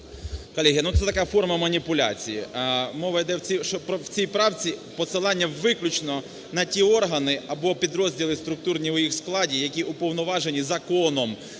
Колеги, ну це така форма маніпуляції. Мова іде, що в цій правці посилання виключно на ті органи або підрозділи структурні у їх складі, які уповноважені законом